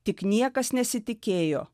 tik niekas nesitikėjo